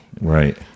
Right